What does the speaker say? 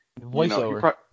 voiceover